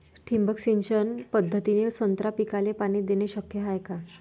ठिबक सिंचन पद्धतीने संत्रा पिकाले पाणी देणे शक्य हाये का?